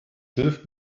hilft